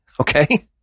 okay